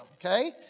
okay